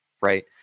right